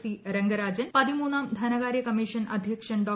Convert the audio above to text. C Rangarajan പതിമൂന്നാം ധനകാര്യ commission അധ്യക്ഷൻ ഡോ